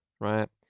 right